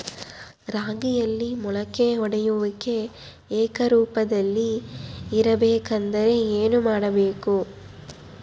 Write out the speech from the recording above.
ರಾಗಿಯಲ್ಲಿ ಮೊಳಕೆ ಒಡೆಯುವಿಕೆ ಏಕರೂಪದಲ್ಲಿ ಇರಬೇಕೆಂದರೆ ಏನು ಮಾಡಬೇಕು?